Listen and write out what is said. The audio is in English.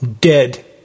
dead